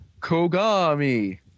Kogami